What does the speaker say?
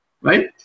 right